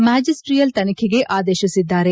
magisterial ತನಿಖೆಗೆ ಆದೇಶಿಸಿದ್ದಾರೆ